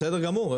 בסדר גמור.